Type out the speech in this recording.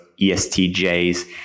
ESTJs